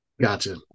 gotcha